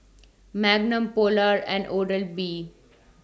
Magnum Polar and Oral B